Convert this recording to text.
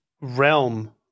realm